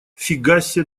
фигасе